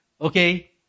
okay